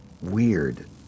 weird